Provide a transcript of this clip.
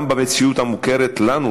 גם במציאות המוכרת לנו,